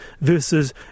versus